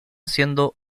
siendo